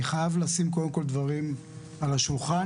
אני חייב לשים קודם כל דברים על השולחן,